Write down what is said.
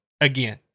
again